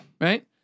Right